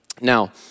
Now